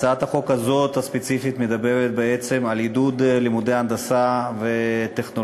הצעת החוק הספציפית הזאת מדברת בעצם על עידוד לימודי הנדסה וטכנולוגיה.